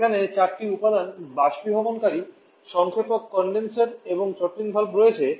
এখানে চারটি উপাদান বাষ্পীভবনকারী সংক্ষেপক কনডেনসার এবং থ্রোটলিং ভালভ রয়েছে